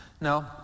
No